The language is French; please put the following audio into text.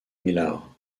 millar